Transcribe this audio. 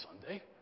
Sunday